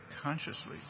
consciously